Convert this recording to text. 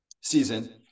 season